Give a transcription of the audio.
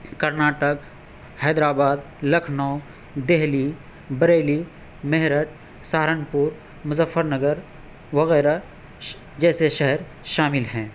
Karnataka Hyderabad Lucknow Delhi Bareilly Meerut Saharanpur Muzaffarnagar وغیرہ جیسے شہر شامل ہیں